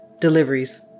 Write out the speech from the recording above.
Deliveries